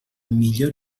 millor